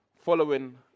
following